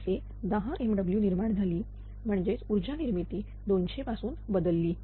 जसे 10 MW निर्माण झाली म्हणजेच ऊर्जा निर्मिती 200 पासून बदलली